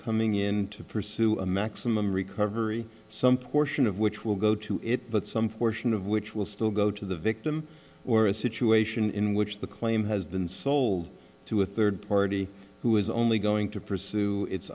coming in to pursue a maximum recovery some portion of which will go to it but some portion of which will still go to the victim or a situation in which the claim has been sold to a third party who is only going to pursue its